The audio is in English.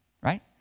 right